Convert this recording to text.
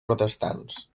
protestants